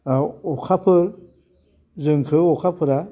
औ अखाफोर जोंखौ अखाफोरा